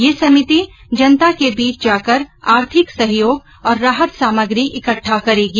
ये समिति जनता के बीच जाकर आर्थिक सहयोग और राहत सामग्री इकट्ठा करेगी